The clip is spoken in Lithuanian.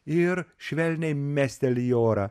ir švelniai mesteli į orą